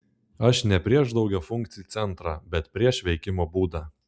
aš ne prieš daugiafunkcį centrą bet prieš veikimo būdą